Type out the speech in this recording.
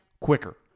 quicker